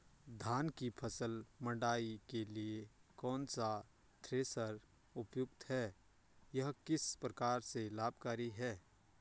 धान की फसल मड़ाई के लिए कौन सा थ्रेशर उपयुक्त है यह किस प्रकार से लाभकारी है?